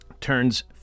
turns